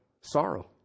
sorrow